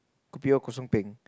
kopi O kosong peng